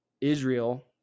Israel